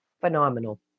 phenomenal